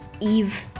Eve